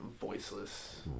voiceless